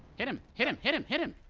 hit him! hit him! hit him, hit him!